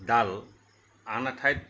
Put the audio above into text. ডাল আন এঠাইত